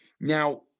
now